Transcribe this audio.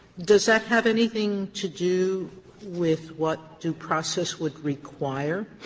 does that have anything to do with what due process would require?